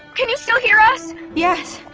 can you still hear us? yes!